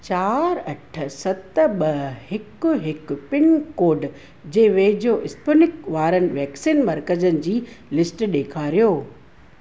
चार अठ सत ॿ हिकु हिकु पिनकोड जे वेझो स्पूनिक वारनि वैक्सीन मर्कज़नि जी लिस्ट ॾेखारियो